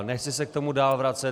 Nechci se k tomu dál vracet.